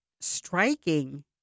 striking